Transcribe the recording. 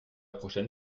prochaine